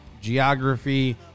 geography